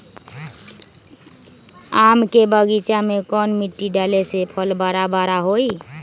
आम के बगीचा में कौन मिट्टी डाले से फल बारा बारा होई?